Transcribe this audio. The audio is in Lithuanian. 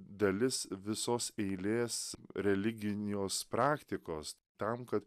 dalis visos eilės religinios praktikos tam kad